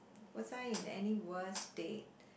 was I in any worse date